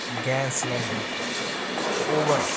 gas cylinder oven